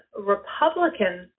Republicans